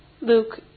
Luke